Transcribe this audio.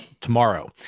tomorrow